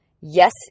Yes